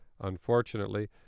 Unfortunately